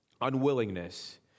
unwillingness